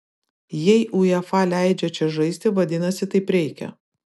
jei uefa leidžia čia žaisti vadinasi taip reikia